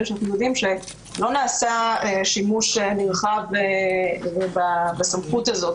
שאנחנו יודעים שלא נעשה שימוש נרחב בסמכות הזאת.